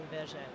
vision